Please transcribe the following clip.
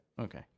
Okay